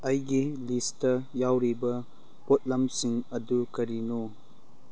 ꯑꯩꯒꯤ ꯂꯤꯁꯇ ꯌꯥꯎꯔꯤꯕ ꯄꯣꯠꯂꯝꯁꯤꯡ ꯑꯗꯨ ꯀꯔꯤꯅꯣ